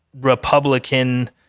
Republican